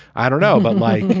i don't know but i like